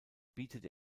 bietet